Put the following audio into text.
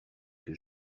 que